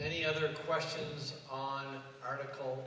any other questions on article